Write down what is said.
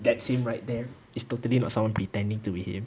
that's him right there it's totally not someone pretending to be him